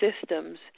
systems